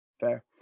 Fair